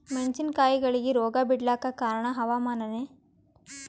ಮೆಣಸಿನ ಕಾಯಿಗಳಿಗಿ ರೋಗ ಬಿಳಲಾಕ ಕಾರಣ ಹವಾಮಾನನೇ?